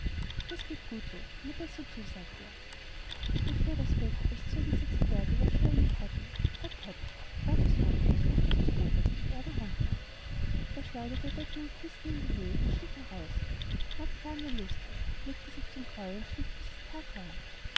das geht gut so nur besser zu sagte er da fuhr das bett als zögens sechs pferde über schwellen und treppen hopp hopp warf es um das unterst zu oberst und er drunter da schleudert er decken und kissen in die höh und stieg heraus mag fahren wer lust hat legte sich zum feuer und schlief bis es tag war